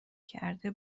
کرده